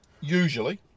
Usually